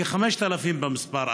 כ-5,000 במספר,